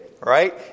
Right